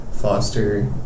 Foster